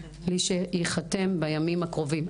לכשייחתם בימים הקרובים.